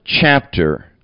chapter